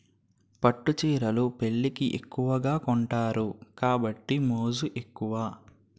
పట్టు చీరలు పెళ్లికి ఎక్కువగా కొంతారు కాబట్టి మోజు ఎక్కువ